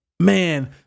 Man